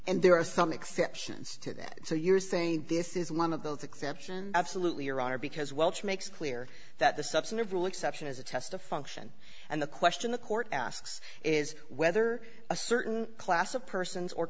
and there are some exceptions to that so you're saying this is one of those exceptions absolutely your honor because welch makes clear that the substantive rule exception is a test of function and the question the court asks is whether a certain class of persons or